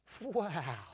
Wow